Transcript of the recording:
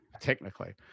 technically